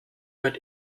wird